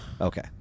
okay